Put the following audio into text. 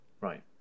Right